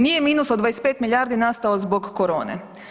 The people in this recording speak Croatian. Nije minus od 25 milijardi nastao zbog korone.